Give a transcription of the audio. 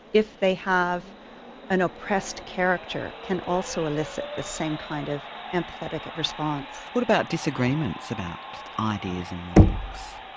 if they have an oppressed character can also elicit the same kind of empathetic response. what about disagreements about ideas in the books?